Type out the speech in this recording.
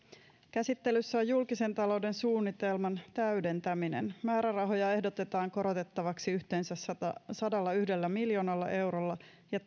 käsittelyssä on julkisen talouden suunnitelman täydentäminen määrärahoja ehdotetaan korotettavaksi yhteensä sadallayhdellä miljoonalla eurolla ja